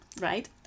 right